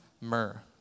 myrrh